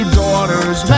daughters